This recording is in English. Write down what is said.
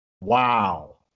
Wow